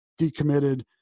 Decommitted